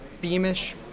Beamish